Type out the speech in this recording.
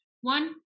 one